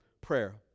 prayer